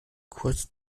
kurz